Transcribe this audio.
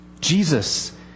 Jesus